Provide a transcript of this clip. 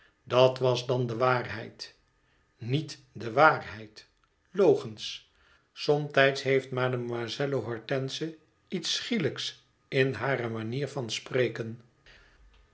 dat was dan dé waarheid niet de waarheid logens somtijds heeft mademoiselle hortense iets schielijks in hare manier van spreken